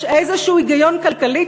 יש איזשהו היגיון כלכלי?